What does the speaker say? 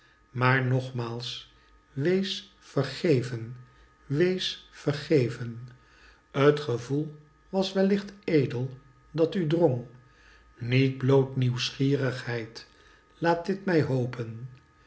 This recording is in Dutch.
maar nogmaals wees vergeven wees vergeven t gevoel was wellicht edel dat u drong niet bloot nieuwsgierigheid laat dit mij hopen